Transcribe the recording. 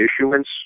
issuance